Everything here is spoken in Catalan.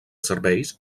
serveis